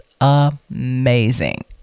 amazing